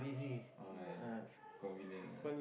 oh ya convenient ah